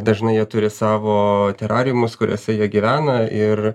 dažnai jie turi savo terariumus kuriuose jie gyvena ir